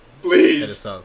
Please